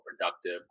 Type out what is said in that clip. productive